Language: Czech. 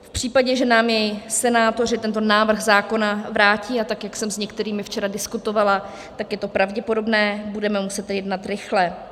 V případě, že nám senátoři tento návrh zákona vrátí, a tak jak jsem s některými včera diskutovala, tak je to pravděpodobné, budeme muset jednat rychle.